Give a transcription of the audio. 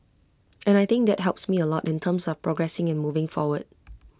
and I think that helps me A lot in terms of progressing and moving forward